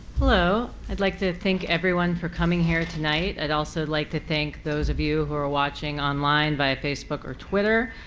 hello. i'd like to thank everyone for coming here tonight. i'd also like to thank those of you who are watching online via facebook or twitter.